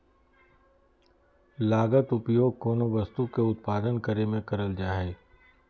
लागत उपयोग कोनो वस्तु के उत्पादन करे में करल जा हइ